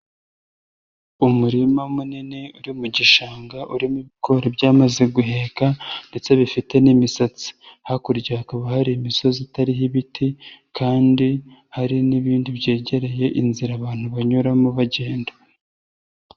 Umurima munini uri mu gishanga urimo ibigori byamaze guheka ndetse bifite n'imisatsi, hakurya hakaba hari imisozi itariho ibiti kandi hari n'ibindi byegereye inzira abantu banyuramo bagenda.